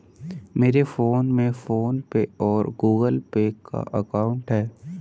मेरे फोन में PhonePe और गूगल पे का अकाउंट है